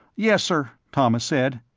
yes, sir, thomas said.